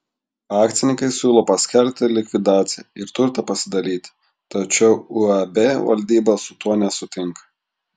akcininkai siūlo paskelbti likvidaciją ir turtą pasidalyti tačiau uab valdyba su tuo nesutinka